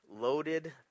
loaded